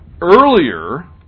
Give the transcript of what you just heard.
Earlier